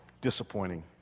disappointing